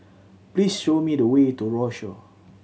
please show me the way to Rochor